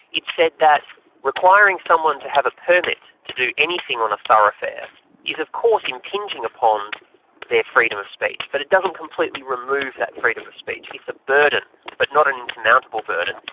it said that requiring someone to have a permit to do anything on a thoroughfare is of course impinging upon their freedom of speech, but it doesn't completely remove that freedom of speech. it's a burden but not an insurmountable burden,